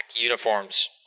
uniforms